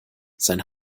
sein